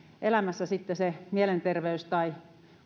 elämässä sitten se mielenterveys tai